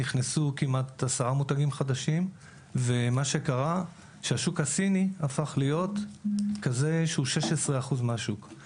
נכנסו כעשרה מותגים חדשים והשוק הסיני הפך להיות 16% מהשוק כאן.